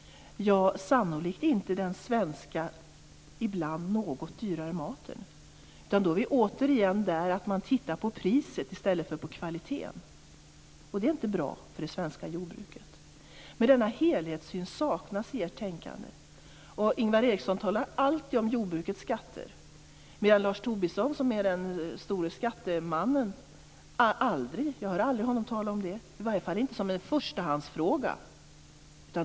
Det kommer sannolikt inte att vara den svenska, ibland något dyrare, maten. Då är vi återigen tillbaka till att man tittar på priset i stället för på kvaliteten. Och det är inte bra för det svenska jordbruket. Denna helhetssyn saknas i ert tänkande. Ingvar Eriksson talar alltid om jordbrukets skatter. Men jag hör aldrig Lars Tobisson, som är den stora skattemannen, tala om det, i alla fall inte som en förstahandsfråga.